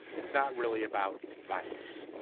it's not really about violence.